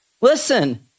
Listen